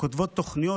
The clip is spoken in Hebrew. שכותבות תוכניות.